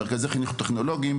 מרכזי החינוך הטכנולוגיים,